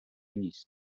نیست